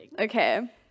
Okay